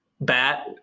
bat